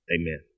Amen